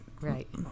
Right